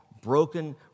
broken